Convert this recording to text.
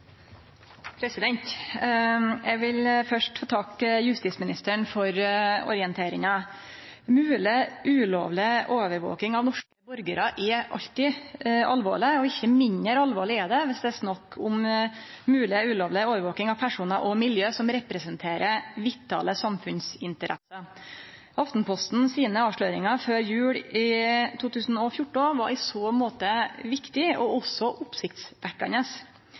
vil først få takke justisministeren for orienteringa. Mogleg ulovleg overvaking av norske borgarar er alltid alvorleg, og ikkje mindre alvorleg er det dersom det er snakk om mogleg ulovleg overvaking av personar og miljø som representerer vitale samfunnsinteresser. Avsløringane i Aftenposten før jul i 2014 var i så måte viktige og også